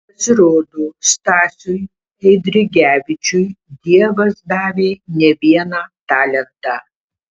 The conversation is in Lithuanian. pasirodo stasiui eidrigevičiui dievas davė ne vieną talentą